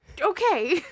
Okay